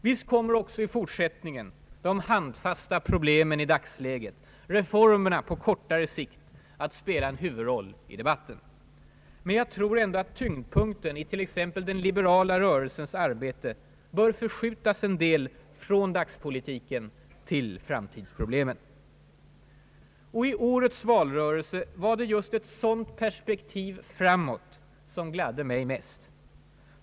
Visst kommer också i fortsättningen de handfasta problemen i dagsläget och reformerna på kortare sikt att spela en huvudroll i debatten. Men jag tror ändå att tyngdpunkten i den liberala rörelsens arbete bör förskjutas en del från dagspolitiken till framtidsproblemen. I årets valrörelse var det just ett sådant perspektiv framåt som gladde mig mest.